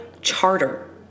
charter